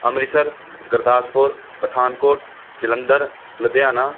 Amritsar Gurdaspur Pathankot Jalandhar Ludhiana